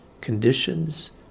conditions